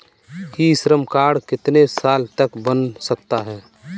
ई Shram card कितने साल तक बन सकता है?